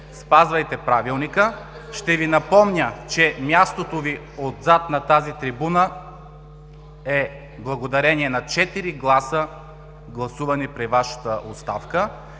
спазвайте Правилника! Ще Ви напомня, че мястото Ви отзад, на тази трибуна, е благодарение на четири гласа, гласувани при Вашата оставка,